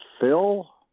Phil